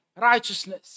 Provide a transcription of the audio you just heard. righteousness